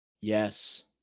yes